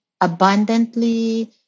abundantly